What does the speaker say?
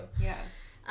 Yes